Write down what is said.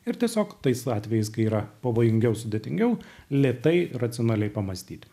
ir tiesiog tais atvejais kai yra pavojingiau sudėtingiau lėtai racionaliai pamąstyti